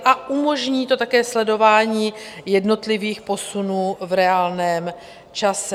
A umožní to také sledování jednotlivých posunů v reálném čase.